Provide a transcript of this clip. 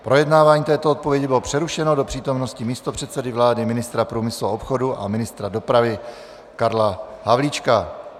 Projednávání této odpovědi bylo přerušeno do přítomnosti místopředsedy vlády, ministra průmyslu a obchodu, a ministra dopravy Karla Havlíčka.